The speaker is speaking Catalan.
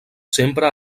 sempre